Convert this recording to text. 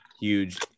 huge